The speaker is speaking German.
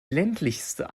ländlichste